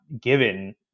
given